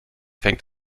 fängt